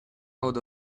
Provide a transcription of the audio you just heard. out